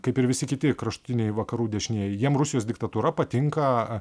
kaip ir visi kiti kraštutiniai vakarų dešinieji jiem rusijos diktatūra patinka